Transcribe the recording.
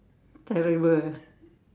terrible eh